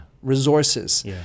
resources